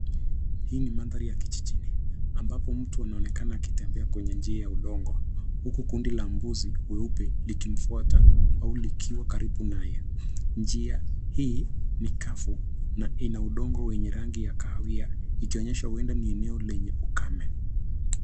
Hii ni mandhari ya kijijini ambapo mtu anaonekana akitembea kwenye njia ya udongo huku kundi la mbuzi weupe likimfuata au likiwa karibu naye. Njia hii ni kavu na ina udongo wenye rangi ya kahawia ikionyesha huenda ni eneo lenye ukame.